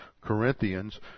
Corinthians